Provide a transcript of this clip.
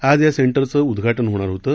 आज या सेंटरचं उद्घाटन होणार होतं